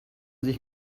sich